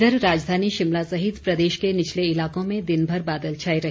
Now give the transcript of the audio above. इधर राजधानी शिमला सहित प्रदेश के निचले इलाकों में दिन भर बादल छाए रहे